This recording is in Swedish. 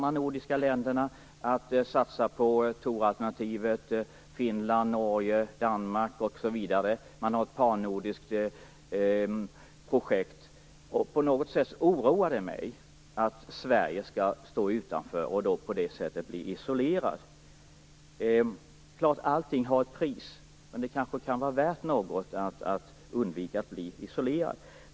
Här kommer de andra nordiska länderna, Finland, Norge, Danmark, att satsa på Thoralternativet. Man har ett pan-nordiskt projekt. På något sätt oroar det mig att Sverige skall stå utanför och på det sättet bli isolerat. Det är klart att allting har ett pris, men det kanske kan vara värt något att undvika att bli isolerad.